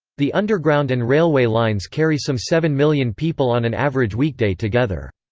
the underground and railway lines carry some seven million people on an average weekday together.